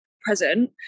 present